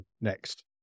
next